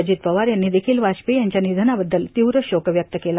अजित पवार यांनी देखील वाजपेयी यांच्या निधनाबद्दल तीव्र शोक व्यक्त केला